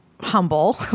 humble